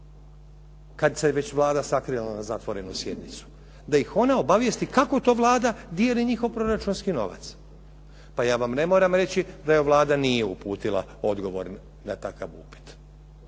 kad se već Vlada sakrila na zatvorenu sjednicu, da ih ona obavijesti kako to Vlada dijeli njihov proračunski novac. Pa ja vam ne moram reći da joj Vlada nije uputila odgovor na takav upit.